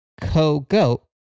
co-goat